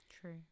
true